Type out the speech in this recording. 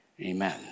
Amen